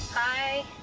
hi.